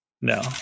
No